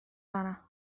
lana